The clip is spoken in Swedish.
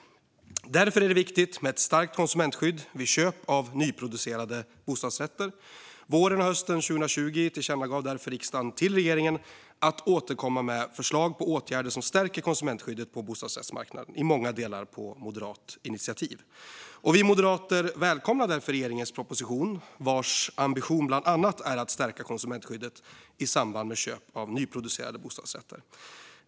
Därför är det viktigt med ett starkt konsumentskydd vid köp av nyproducerade bostadsrätter. Våren och hösten 2020 riktade därför riksdagen, i många delar på moderat initiativ, tillkännagivanden till regeringen om att återkomma med förslag på åtgärder som stärker konsumentskyddet på bostadsrättsmarknaden. Vi moderater välkomnar därför regeringens proposition, vars ambition bland annat är att stärka konsumentskyddet i samband med köp av nyproducerade bostadsrätter.